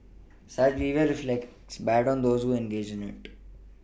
such behaviour reflects badly on those who engage in it